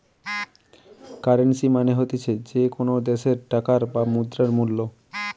currency মানে হতিছে যে কোনো দ্যাশের টাকার বা মুদ্রার মূল্য